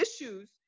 issues